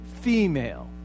female